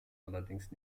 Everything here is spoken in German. allerdings